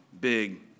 Big